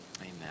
amen